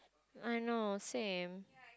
I know same